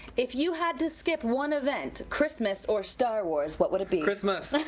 if you had to skip one event, christmas or star wars, what would it be. christmas. like